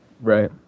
Right